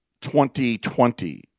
2020